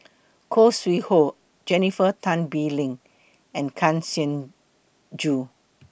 Khoo Sui Hoe Jennifer Tan Bee Leng and Kang Siong Joo